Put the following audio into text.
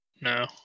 No